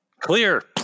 clear